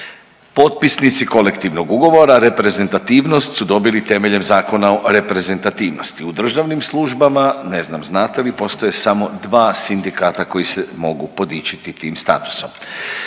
Potpisnici kolektivnog ugovora reprezentativnost su dobili temeljem Zakona o reprezentativnosti. U državnim službama, ne znam znate li, postoje samo dva sindikata koji se mogu podičiti tim statusom.